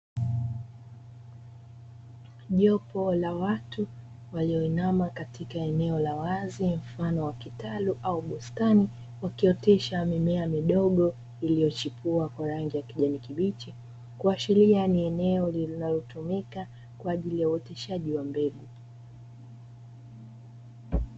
Jopo la watu walioinama katika eneo la wazi, mfano wa kitalu au bustani, wakiotesha mimea midogo iliyochipua kwa rangi ya kijani kibichi. Kuashiria ni eneo linalotumika kwa ajili ya uoteshaji wa mbengu.